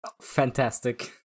Fantastic